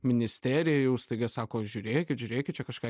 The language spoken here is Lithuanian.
ministerija jau staiga sako žiūrėkit žiūrėkit čia kažką